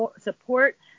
support